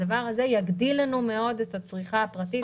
הדבר הזה יגדיל לנו מאוד את הצריכה הפרטית.